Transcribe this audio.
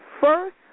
first